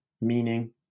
meaning